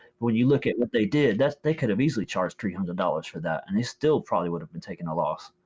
when you look at what they did, they could have easily charged three hundred dollars for that. and they still probably would have been taking a loss.